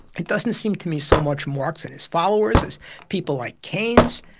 it doesn't seem to me so much marx and his followers as people like keynes,